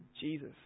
Jesus